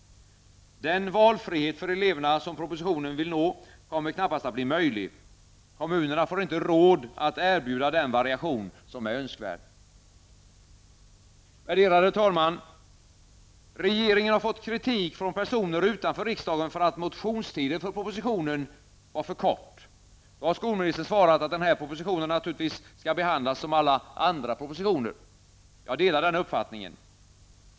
Den valfrihet för eleverna, som propositionen vill nå kommer knappast att bli möjlig. Kommunerna får inte råd att erbjuda den variation som är önskvärd. Värderade talman! Regeringen har fått kritik från personer utanför riksdagen för att motionstiden för propositionen var för kort. Då har skolministern svarat att den här propositionen naturligtvis skall behandlas som alla andra propositioner. Jag delar den uppfattningen.